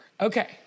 okay